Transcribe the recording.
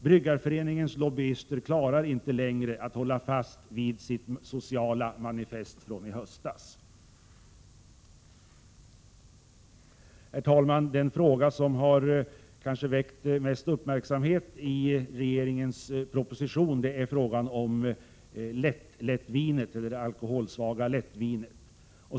Bryggareföreningens lobbyister klarar inte längre att hålla fast vid sitt sociala manifest från i höstas. Herr talman! Det avsnitt i regeringens proposition som kanske har väckt mest uppmärksamhet gäller frågan om lättlättvinet, det alkoholsvaga lättvinet.